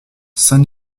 saint